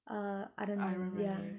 uh aranmanai ya